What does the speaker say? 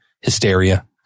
hysteria